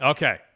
Okay